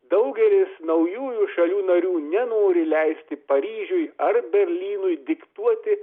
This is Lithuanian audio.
daugelis naujųjų šalių narių nenori leisti paryžiui ar berlynui diktuoti